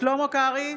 שלמה קרעי,